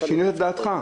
אתה שינית את דעתך.